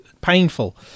painful